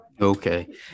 okay